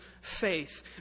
faith